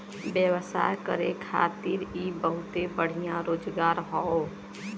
व्यवसाय करे खातिर इ बहुते बढ़िया रोजगार हौ